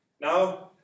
Now